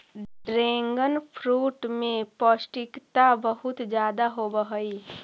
dragon fruit में पौष्टिकता बहुत ज्यादा होवऽ हइ